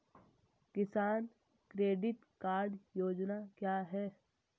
किसान credit card योजना क्या है?